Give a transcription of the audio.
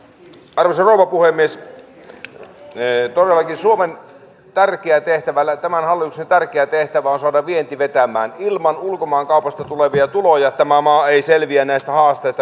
arsenal puhemies keikaroikin suomen karkkia käytävällä tämä on saada vienti vetää maan ilman ulkomaankaupasta tulevia tuloja tämä maa ei selviä aivan ennenkuulumatonta